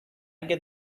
get